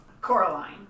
Coraline